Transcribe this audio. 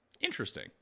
Interesting